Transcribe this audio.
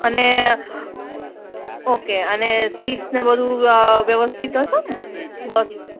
અને ઓકે અને સીટ્સ ને બધું વ્યવસ્થિત હશે ને બસ